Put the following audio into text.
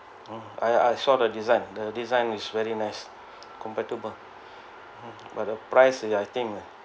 mm I I saw the design the design is very nice compatible but the price is I think